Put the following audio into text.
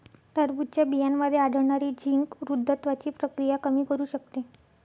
टरबूजच्या बियांमध्ये आढळणारे झिंक वृद्धत्वाची प्रक्रिया कमी करू शकते